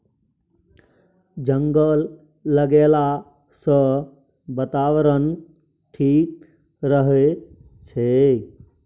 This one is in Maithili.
जंगल लगैला सँ बातावरण ठीक रहै छै